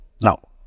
Now